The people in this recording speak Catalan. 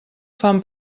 fam